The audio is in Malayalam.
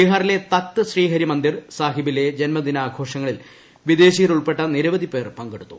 ബിഹാറിലെ തക്ത് ശ്രീഹരിമന്ദിർ സാഹിബിലെ ജന്മദിനാഘോഷങ്ങളിൽ വിദേശിയർ ഉൾപ്പെടെ നിരവധി പേർ പങ്കെടുത്തു